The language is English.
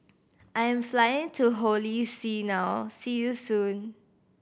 I'm flying to Holy See now see you soon